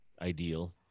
ideal